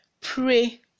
Pray